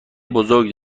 بزرگ